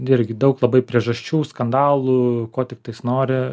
irgi daug labai priežasčių skandalų ko tiktais nori